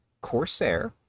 Corsair